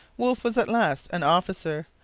wolfe was at last an officer.